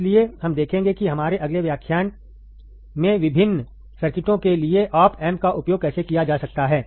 इसलिए हम देखेंगे कि हमारे अगले व्याख्यान में विभिन्न सर्किटों के लिए ऑप एम्प का उपयोग कैसे किया जा सकता है